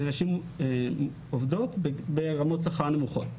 לנשים עובדות ברמות שכר נמוכות.